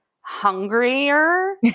hungrier